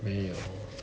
没有